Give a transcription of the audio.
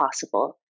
possible